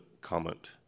comment